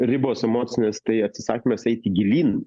ribos emocinės tai atsisakymas eiti gilyn